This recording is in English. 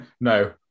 No